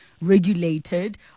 regulated